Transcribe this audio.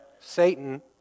Satan